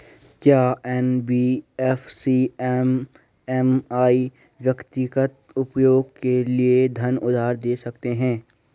क्या NBFC MFI व्यक्तिगत उपयोग के लिए धन उधार दें सकते हैं?